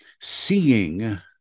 Seeing